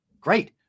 great